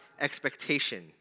expectation